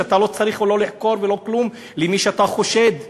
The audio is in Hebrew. שאתה לא צריך לא לחקור ולא כלום את מי שאתה חושד בו,